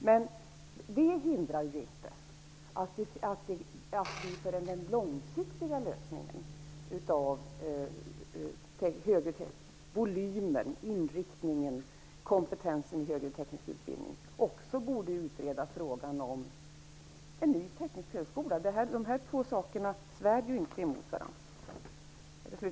Men det hindrar ju inte att man inför den långsiktiga lösningen av problemen med volym, inriktning, kompetens i högre teknisk utbildning också borde utreda frågan om en ny teknisk högskola. Dessa två saker svär ju inte emot varandra.